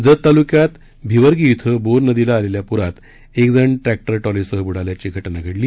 जत तालुक्यात भिवर्गी श्वं बोर नदीला आलेल्या पुरात एक जण ट्रॅक्टर ट्रॉलीसह बुडाल्याची घटना घडली